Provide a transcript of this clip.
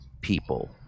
people